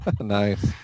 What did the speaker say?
Nice